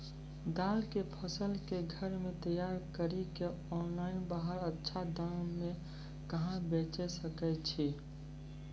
दाल के फसल के घर मे तैयार कड़ी के ऑनलाइन बाहर अच्छा दाम मे कहाँ बेचे सकय छियै?